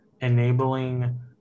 enabling